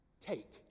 take